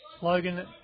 Logan